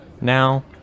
Now